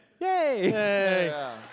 Yay